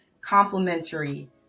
complementary